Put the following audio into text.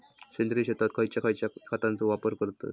सेंद्रिय शेतात खयच्या खयच्या खतांचो वापर करतत?